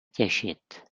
těšit